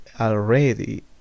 already